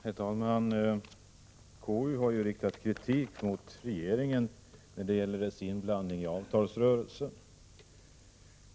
Herr talman! Konstitutionsutskottet har ju riktat kritik mot regeringen när det gäller dess inblandning i avtalsrörelsen.